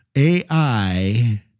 AI